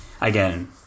again